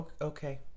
okay